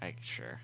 Sure